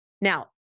Now